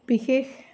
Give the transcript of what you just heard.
বিশেষ